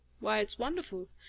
why, it's wonderful!